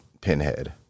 pinhead